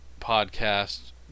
podcast